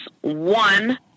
One